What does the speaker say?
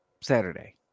Saturday